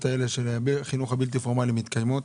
האלה של החינוך הבלתי פורמלי מתקיימות?